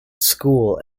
school